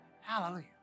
Hallelujah